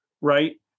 Right